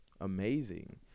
amazing